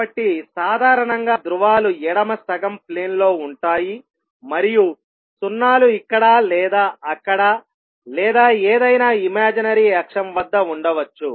కాబట్టి సాధారణంగా ధ్రువాలు ఎడమ సగం ప్లేన్ లో ఉంటాయి మరియు సున్నాలు ఇక్కడ లేదా అక్కడ లేదా ఏదైనా ఇమాజినరీ అక్షం వద్ద ఉండవచ్చు